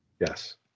Yes